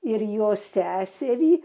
ir jo seserį